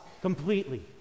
completely